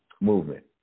movement